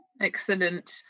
Excellent